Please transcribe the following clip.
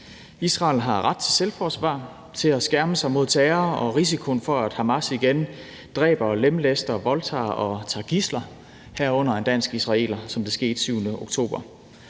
Israel har ret til selvforsvar og til at skærme sig mod terror og risikoen for, at Hamas igen dræber, lemlæster, voldtager og tager gidsler, herunder en dansk-israeler, som det skete den 7. oktober.